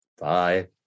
Bye